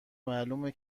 معلومه